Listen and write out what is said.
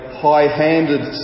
high-handed